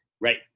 Right